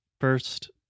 First